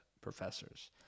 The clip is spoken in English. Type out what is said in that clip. professors